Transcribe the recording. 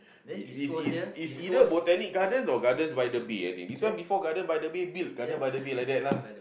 is is is either Botanic Gardens or gardens-by-the-bay this one before garden-by-the-bay built garden-by-the-bay like that lah